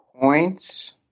Points